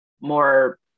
more